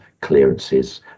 clearances